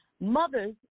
Mothers